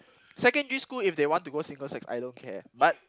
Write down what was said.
secondary school if they want to go single sex I don't care but